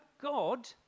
God